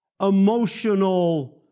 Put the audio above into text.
emotional